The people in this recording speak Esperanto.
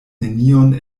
neniun